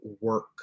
Work